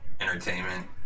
entertainment